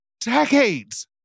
decades